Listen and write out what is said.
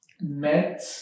met